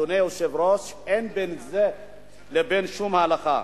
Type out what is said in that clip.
אדוני היושב-ראש, אין דבר בין זה לבין שום הלכה.